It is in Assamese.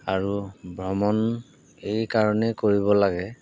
আৰু ভ্ৰমণ এইকাৰণেই কৰিব লাগে